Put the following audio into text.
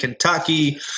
Kentucky